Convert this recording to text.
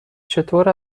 چطور